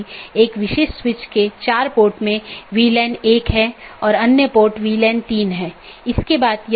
तो इस तरह से मैनाजैबिलिटी बहुत हो सकती है या स्केलेबिलिटी सुगम हो जाती है